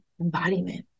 Embodiment